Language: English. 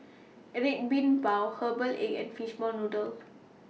Red Bean Bao Herbal Egg and Fishball Noodle